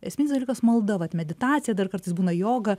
esminis dalykas malda meditacija dar kartais būna joga